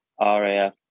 RAF